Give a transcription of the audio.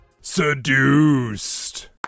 seduced